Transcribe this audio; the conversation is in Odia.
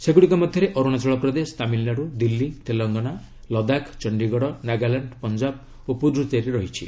ସେଗୁଡ଼ିକ ମଧ୍ୟରେ ଅରୁଣାଚଳ ପ୍ରଦେଶ ତାମିଲନାଡ଼ୁ ଦିଲ୍ଲୀ ତେଲେଙ୍ଗାନା ଲଦାଖ ଚଣ୍ଡିଗଡ ନାଗାଲାଣ୍ଡ ପଞ୍ଜାବ ଓ ପୁଡ଼ୁଚେରୀ ରହିଛି